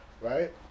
Right